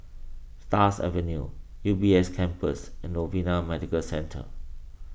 Stars Avenue U B S Campus and Novena Medical Centre